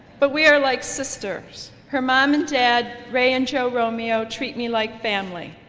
but we are like sisters her mom and dad, ray and joan romeo treat me like family.